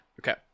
Okay